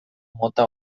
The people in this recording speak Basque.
mota